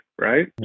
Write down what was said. right